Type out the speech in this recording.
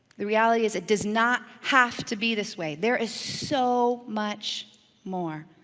the reality is it does not have to be this way. there is so much more.